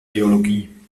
geologie